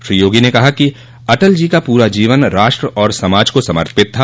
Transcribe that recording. श्री योगी ने कहा कि अटल जी का पूरा जीवन राष्ट्र और समाज को समर्पित था